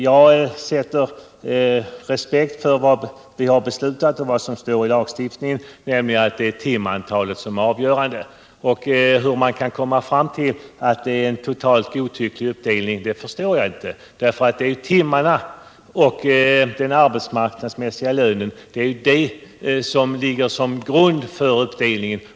Jag har respekt för vad vi har beslutat och för vad som står i lagen, nämligen att det är timantalet som är avgörande. Hur man komma fram till att det är en totalt godtycklig uppdelning kan jag inte förstå. Det är som jag sagt timmarna och den arbetsmarknadsmässiga lönen som ligger till grund för uppdelningen.